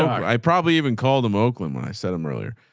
i probably even call them oakland when i set them earlier.